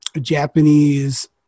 Japanese